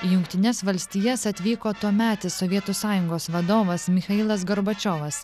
į jungtines valstijas atvyko tuometis sovietų sąjungos vadovas michailas gorbačiovas